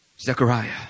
Zechariah